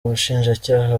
ubushinjacyaha